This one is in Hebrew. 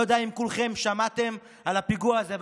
לא יודע אם כולכם שמעתם על הפיגוע הזה,